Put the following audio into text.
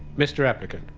mr applicant,